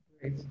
Great